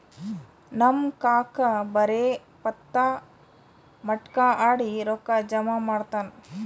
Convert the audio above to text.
ನಮ್ ಕಾಕಾ ಬರೇ ಪತ್ತಾ, ಮಟ್ಕಾ ಆಡಿ ರೊಕ್ಕಾ ಜಮಾ ಮಾಡ್ತಾನ